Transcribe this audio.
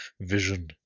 vision